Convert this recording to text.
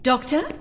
Doctor